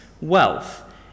wealth